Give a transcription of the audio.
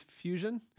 fusion